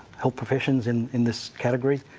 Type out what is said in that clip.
health professions in in this category,